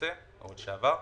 היוצא או לשעבר,